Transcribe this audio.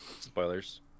spoilers